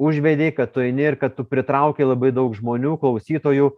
užvedei kad tu eini ir kad tu pritrauki labai daug žmonių klausytojų